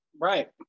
Right